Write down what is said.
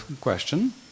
question